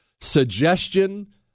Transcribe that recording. suggestion